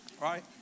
right